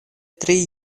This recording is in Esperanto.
tri